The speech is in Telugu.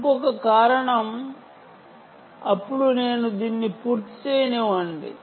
ఇంకొక కారణం నన్ను దీన్ని పూర్తి చేయనివ్వండి